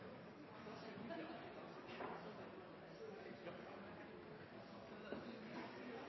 statsråden